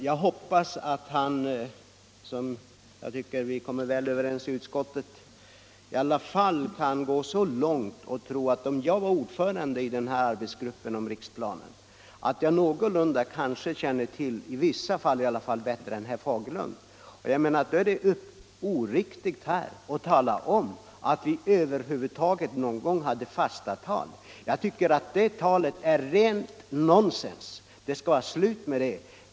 Jag hoppas att herr Fagerlund — vi kommer ju väl överens i utskottet - i alla fall kan sträcka sig så långt att han tror om mig att jag, som ordförande i arbetsgruppen för riksplanen, känner bättre till förhållandena än herr Fagerlund. Då är det oriktigt att tala om att vi någon gång uppgav fasta tal. Jag tycker att sådana yttranden är rent nonsens. Det får vara slut med det.